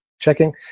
checking